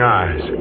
eyes